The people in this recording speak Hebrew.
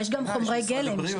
יש גם משרד הבריאות,